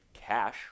cash